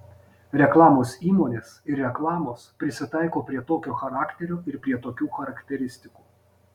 reklamos įmonės ir reklamos prisitaiko prie tokio charakterio ir prie tokių charakteristikų